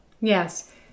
Yes